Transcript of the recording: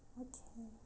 okay